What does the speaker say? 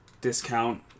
discount